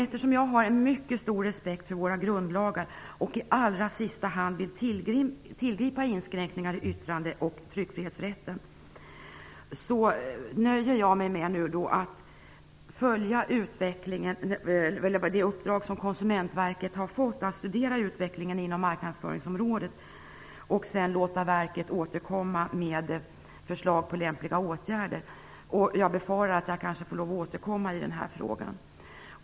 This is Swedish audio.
Eftersom jag har en mycket stor respekt för våra grundlagar vill jag i allra sista hand tillgripa inskränkningar i yttrande och tyckfrihetsrätten. Jag nöjer mig därför med det uppdrag som Konsumentverket har fått att studera utvecklingen inom marknadsföringsområdet och sedan låta verket återkomma med förslag till lämpliga åtgärder. Jag befarar att jag kanske får lov att återkomma i den här frågan.